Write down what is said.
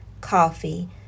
coffee